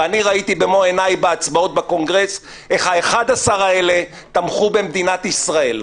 ואני ראיתי במו עיניי בהצבעות בקונגרס איך ה-11 האלה תמכו במדינת ישראל.